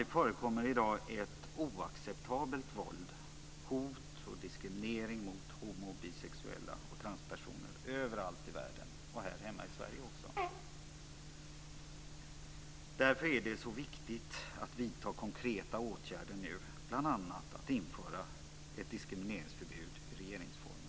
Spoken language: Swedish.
Det förekommer i dag ett oacceptabelt våld, hot och diskriminering, mot homo och bisexuella och transpersoner överallt i världen, också här hemma i Sverige. Därför är det så viktigt att vidta konkreta åtgärder nu, bl.a. att införa ett diskrimineringsförbud i regeringsformen.